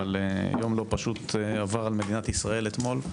אבל יום לא פשוט עבר על מדינת ישראל אתמול,